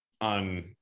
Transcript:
on